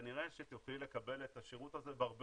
כנראה שתוכלי לקבל את השירות הזה בהרבה